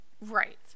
Right